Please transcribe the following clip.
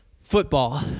football